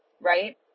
right